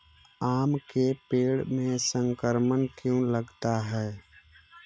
आम के पेड़ में संक्रमण क्यों लगता है?